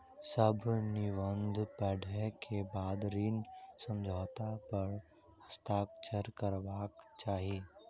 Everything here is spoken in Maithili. सभ निबंधन पढ़ै के बाद ऋण समझौता पर हस्ताक्षर करबाक चाही